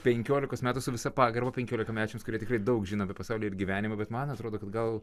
penkiolikos metų su visa pagarba penkiolikmečiams kurie tikrai daug žino apie pasaulį ir gyvenimą bet man atrodo kad gal